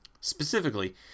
Specifically